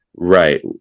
right